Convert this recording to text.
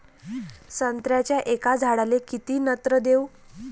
संत्र्याच्या एका झाडाले किती नत्र देऊ?